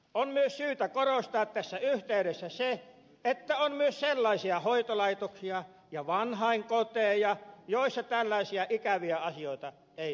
on myös syytä korostaa tässä yhteydessä se että on myös sellaisia hoitolaitoksia ja vanhainkoteja joissa tällaisia ikäviä asioita ei tapahdu